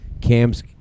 Camp's